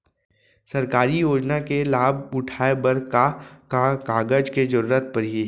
सरकारी योजना के लाभ उठाए बर का का कागज के जरूरत परही